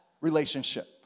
relationship